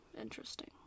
Interesting